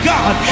God